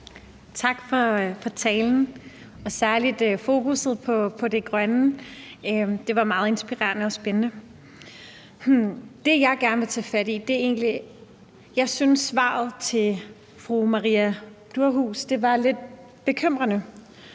Tak for talen og særlig fokusset på det grønne. Det var meget inspirerende og spændende. Det, jeg gerne vil tage fat i, er, at jeg synes, at svaret til fru Maria Durhuus var lidt bekymrende.